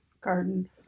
garden